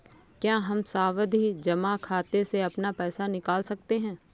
क्या हम सावधि जमा खाते से अपना पैसा निकाल सकते हैं?